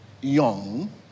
young